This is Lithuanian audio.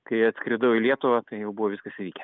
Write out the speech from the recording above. kai atskridau į lietuvą tai jau buvo viskas įvykę